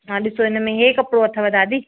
हा ॾिसो हिन में हे कपिड़ो अथव दादी